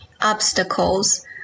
obstacles